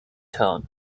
tone